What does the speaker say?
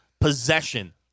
possession